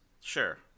Sure